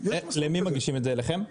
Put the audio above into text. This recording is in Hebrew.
מגישים את זה אליכם?